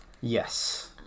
Yes